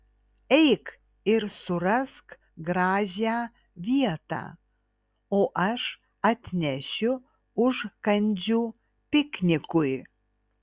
eik ir surask gražią vietą o aš atnešiu užkandžių piknikui